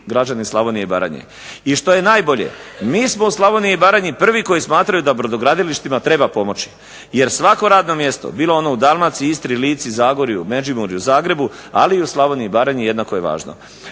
građani Slavonije i Baranje. I što je najbolje mi smo u Slavoniji i Baranji prvi koji smatraju da brodogradilištima treba pomoći jer svako radno mjesto bilo ono u Dalmaciji, Istri, Lici, Zagorju, Međimurju, Zagrebu ali i u Slavoniji i Baranji jednako je važno.